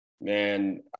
Man